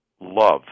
love